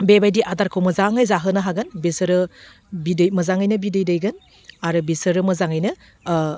बेबायदि आदारखौ मोजाङै जाहोनो हागोन बेसोरो बिदै मोजाङैनो बिदै दैगोन आरो बिसोरो मोजाङैनो